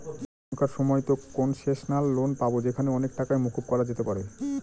এখনকার সময়তো concessional loan পাবো যেখানে অনেক টাকাই মকুব করা যেতে পারে